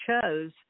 chose